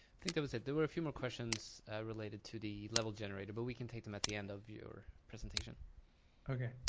think that was it. there were a few more questions related to the level generator, but we can take them at the end of your presentation. mike ok.